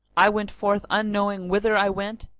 i went forth unknowing whither i went,